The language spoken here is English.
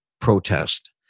protest